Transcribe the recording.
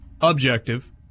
objective